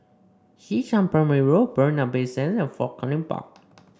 Xishan Primary Road Bay Sand and Fort Canning Park